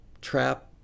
trap